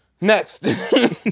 Next